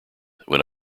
when